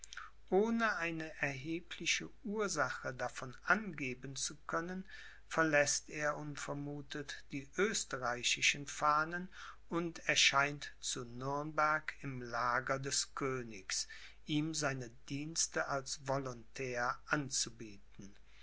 ohne eine erhebliche ursache davon angeben zu können verläßt er unvermuthet die österreichischen fahnen und erscheint zu nürnberg im lager des königs ihm seine dienste als volontär anzubieten